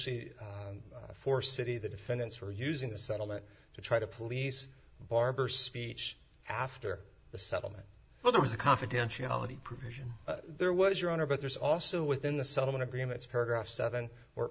y for city the defendants were using the settlement to try to police barber speech after the settlement well there was a confidentiality provision there was your honor but there's also within the settlement agreements paragraph seven w